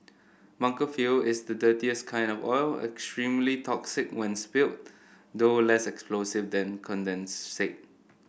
bunker fuel is the dirtiest kind of oil extremely toxic when spilled though less explosive than condensate